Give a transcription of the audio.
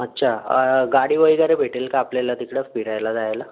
अच्छा गाडी वगैरे भेटेल का आपल्याला तिकडं फिरायला जायला